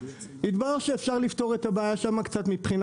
התברר שאפשר לפתור את הבעיה שם קצת מבחינה